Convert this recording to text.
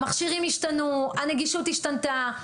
המכשירים השתנו, הנגישות השתנתה.